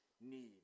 need